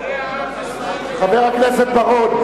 חבר הכנסת בר-און,